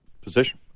position